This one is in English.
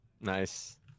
Nice